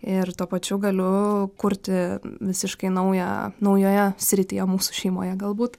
ir tuo pačiu galiu kurti visiškai naują naujoje srityje mūsų šeimoje galbūt